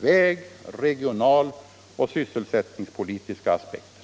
väg-, regionaloch sysselsättningspolitiska aspekter.